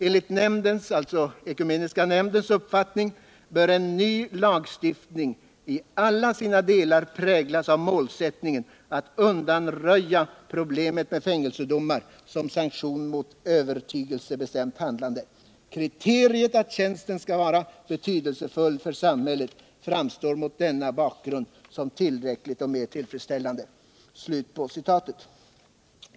Enligt nämndens uppfattning bör en ny lagstiftning i alla sina delar präglas av målsättningen att undanröja problemet med fängelsedom som sanktion mot övertygelsebestämt handlande. Kriteriet att tjänsten skall vara ”betydelsefull för samhället” framstår mot denna bakgrund som tillräckligt och mer tillfredsställande.